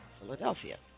Philadelphia